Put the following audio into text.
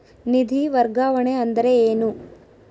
ನಿಧಿ ವರ್ಗಾವಣೆ ಅಂದರೆ ಏನು?